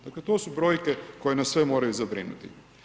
Dakle, to su brojke koje nas sve moraju zabrinuti.